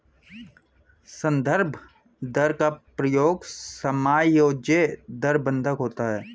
संदर्भ दर का प्रयोग समायोज्य दर बंधक होता है